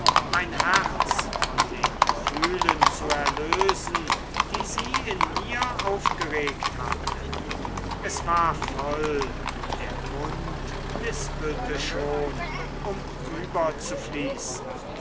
mein herz von den gefühlen zu erlösen die sie in mir aufgeregt hatte es war voll der mund lispelte schon um